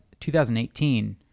2018